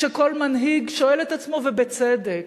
שכל מנהיג שואל את עצמו, ובצדק,